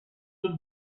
them